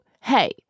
hey